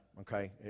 okay